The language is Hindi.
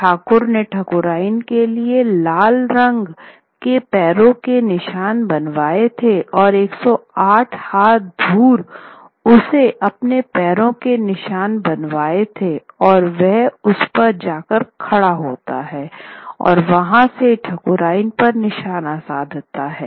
ठाकुर ने ठकुराइन के लिए लाल रंग के पैरों के निशाँन बनाये थे और 108 हाथ दूर उसने अपने पैरों के निशाँन बनाये थे और वह उसपर जाकर खड़ा होता था और वहां सेठकुराइन पर निशाना साधता था